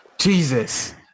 Jesus